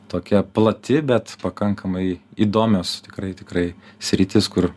tokia plati bet pakankamai įdomios tikrai tikrai sritys kur